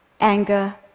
anger